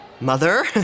Mother